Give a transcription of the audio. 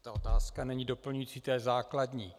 Ta otázka není doplňující, je základní.